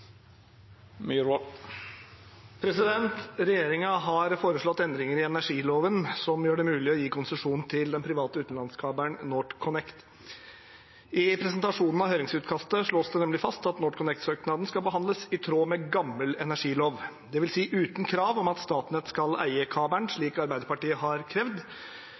har foreslått endringer i energiloven som gjør det mulig å gi konsesjon til den private utenlandskabelen NorthConnect. I presentasjonen av høringsutkastet slås det nemlig fast at NorthConnect-søknaden skal behandles i tråd med gammel energilov, det vil si uten krav om at Statnett skal eie kabelen, slik Arbeiderpartiet har krevd,